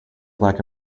black